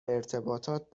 ارتباطات